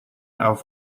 auf